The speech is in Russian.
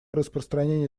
распространения